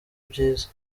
byiza